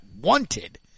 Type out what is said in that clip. wanted